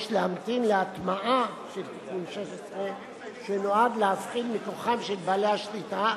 יש להמתין להטמעה של תיקון 16 שנועד להפחית מכוחם של בעלי השליטה,